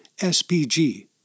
SPG